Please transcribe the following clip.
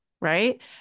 right